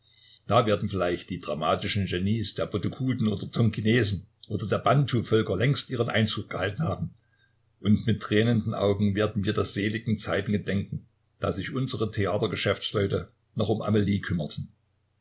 da werden vielleicht die dramatischen genies der botokuden oder tonkinesen oder der bantuvölker längst ihren einzug gehalten haben und mit tränenden augen werden wir der seligen zeiten gedenken da sich unsere theatergeschäftsleute noch um amelie kümmerten